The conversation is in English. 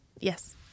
Yes